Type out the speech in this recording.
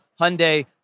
Hyundai